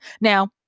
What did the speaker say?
Now